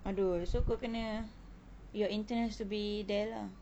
adoi so kau kena your intern has to be there lah